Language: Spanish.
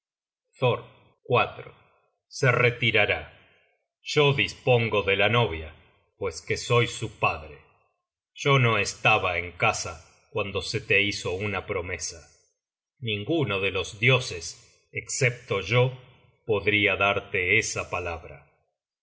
thor se retirará yo dispongo de la novia pues que soy su padre yo no estaba en casa cuando te se hizo una promesa ninguno de los dioses escepto yo podia darte esa palabra al